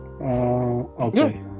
Okay